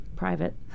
private